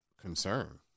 concern